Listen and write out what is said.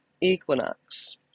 equinox